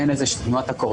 יש לזה מעין תנועת אקורדיון,